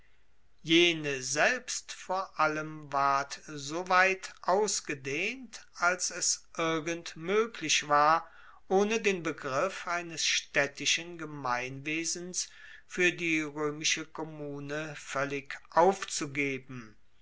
jene selbst vor allem ward so weit ausgedehnt als es irgend moeglich war ohne den begriff eines staedtischen gemeinwesens fuer die roemische kommune voellig aufzugeben